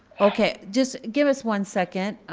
okay, just give us one second,